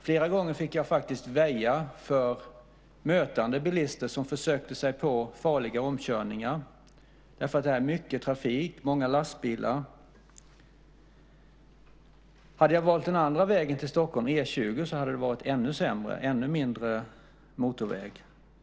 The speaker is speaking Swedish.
Jag fick väja flera gånger för mötande bilister som försökte sig på farliga omkörningar. Det är mycket trafik på den vägen med många lastbilar. Hade jag valt den andra vägen, E 20, till Stockholm hade det varit ännu sämre och ännu mindre motorväg.